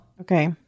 Okay